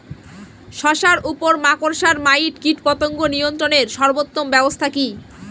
শশার উপর মাকড়সা মাইট কীটপতঙ্গ নিয়ন্ত্রণের সর্বোত্তম ব্যবস্থা কি?